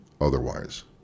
otherwise